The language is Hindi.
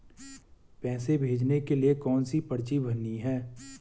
पैसे भेजने के लिए कौनसी पर्ची भरनी है?